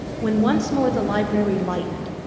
when once more the library lightened,